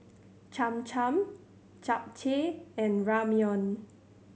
Cham Cham Japchae and Ramyeon